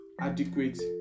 adequate